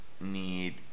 need